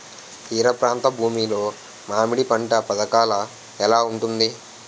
తీర ప్రాంత భూమి లో మామిడి పంట పథకాల ఎలా ఉంటుంది?